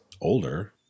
older